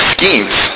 Schemes